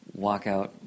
walkout